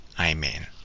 Amen